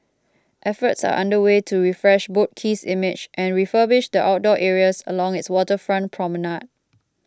efforts are under way to refresh Boat Quay's image and refurbish the outdoor areas along its waterfront promenade